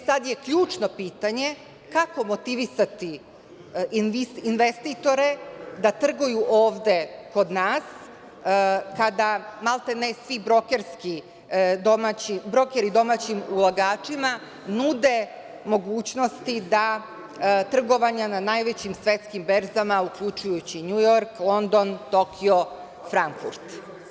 Sad je ključno pitanje – kako motivisati investitore da trguju ovde kod nas, kada maltene svi brokeri domaćim ulagačima nude mogućnosti trgovanja na najvećim svetskim berzama, uključujući NJujork, London, Tokio, Frankfurt?